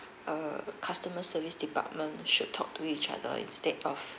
err customer service department should talk to each other instead of